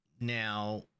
now